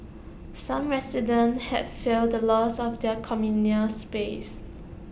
some residents have feared the loss of their communal space